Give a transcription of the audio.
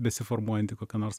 besiformuojanti kokia nors